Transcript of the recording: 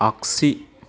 आगसि